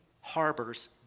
harbors